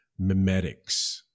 mimetics